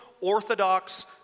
Orthodox